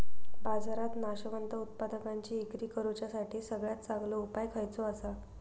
बाजारात नाशवंत उत्पादनांची इक्री करुच्यासाठी सगळ्यात चांगलो उपाय खयचो आसा?